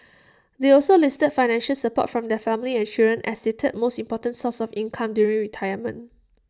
they also listed financial support from their family and children as the third most important source of income during retirement